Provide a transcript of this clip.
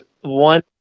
one